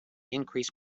increase